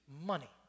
money